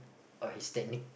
uh his technique